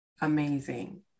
amazing